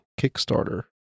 Kickstarter